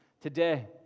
today